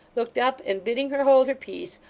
looked up, and bidding her hold her peace,